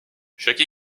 chaque